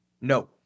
No